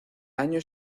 año